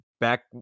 back